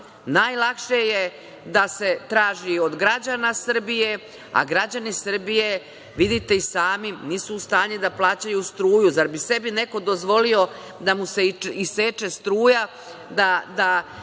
pare? Najlakše je da se traži od građana Srbije, a građani Srbije, vidite i sami nisu u stanju da plaćaju struju. Zar bi sebi neko dozvolio da mu se iseče struja,